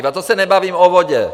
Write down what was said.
A to se nebavím o vodě!